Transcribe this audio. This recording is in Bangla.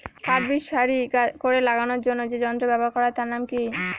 পাট বীজ সারি করে লাগানোর জন্য যে যন্ত্র ব্যবহার হয় তার নাম কি?